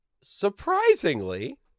Surprisingly